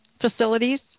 facilities